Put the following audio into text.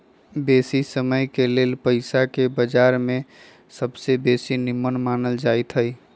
बेशी समयके लेल पइसाके बजार में सबसे बेशी निम्मन मानल जाइत हइ